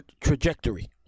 trajectory